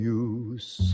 use